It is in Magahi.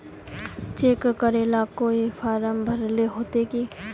चेक करेला कोई फारम भरेले होते की?